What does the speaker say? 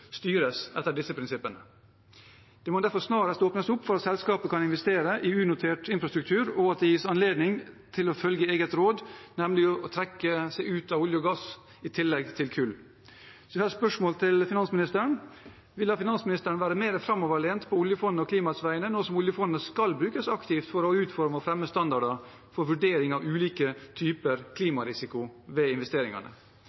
styres etter disse prinsippene. Det må derfor snarest åpnes for at fondet kan investere i unotert infrastruktur, og at det gis anledning til å følge sitt eget råd, nemlig å trekke seg ut av olje og gass i tillegg til kull. Jeg har et spørsmål til finansministeren: Vil finansministeren være mer framoverlent på oljefondets og klimaets vegne nå som oljefondet skal brukes aktivt til å utforme og fremme standarder for vurdering av ulike typer